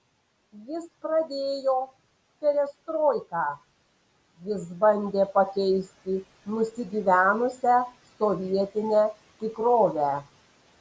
jis pradėjo perestroiką jis bandė pakeisti nusigyvenusią sovietinę tikrovę